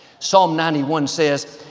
psalm ninety one says,